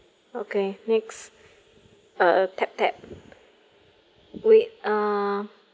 okay next uh tap tap wait ah